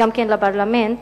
וגם לפרלמנט,